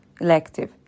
Elective